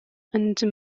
and